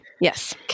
Yes